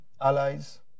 allies